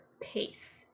pace